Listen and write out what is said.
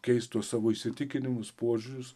keist tuos savo įsitikinimus požiūrius